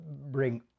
bring